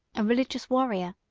a religious warrior,